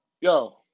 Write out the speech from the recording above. Yo